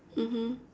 mmhmm